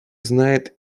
знает